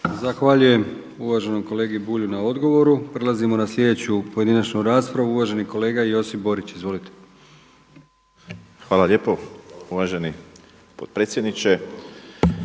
Zahvaljujem uvaženom kolegi Bulju na odgovoru. Prelazimo na sljedeću pojedinačnu raspravu. Uvaženi kolega Josip Borić. Izvolite. **Borić, Josip (HDZ)** Hvala lijepo. Uvaženi potpredsjedniče.